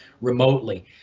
remotely